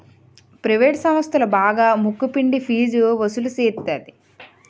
private సంస్థలు బాగా ముక్కు పిండి ఫీజు వసులు సేత్తది